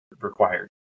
required